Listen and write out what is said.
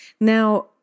Now